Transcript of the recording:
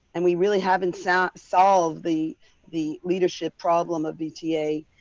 and we really haven't solved solved the the leadership problem of vta.